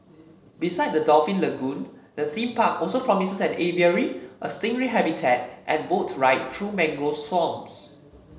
besides the dolphin lagoon the theme park also promises an aviary a stingray habitat and boat ride through mangrove swamps